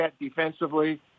defensively